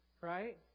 right